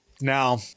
Now